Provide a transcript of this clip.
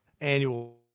annual